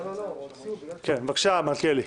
בבקשה, מלכיאלי.